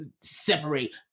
separate